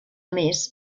més